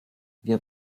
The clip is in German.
wir